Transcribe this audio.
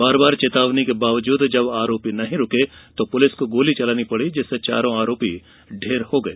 बार बार चेतावनी के बावजूद जब आरोपी नहीं रुके तो पुलिस को गोली चलानी पड़ी जिससे चारों आरोपी ढेर हो गए